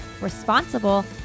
responsible